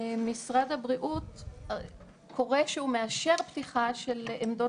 קורה שמשרד הבריאות מאשר פתיחה של עמדות